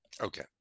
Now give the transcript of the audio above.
okay